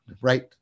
right